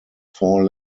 four